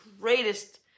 greatest